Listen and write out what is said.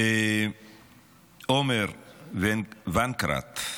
עומר ונקרט,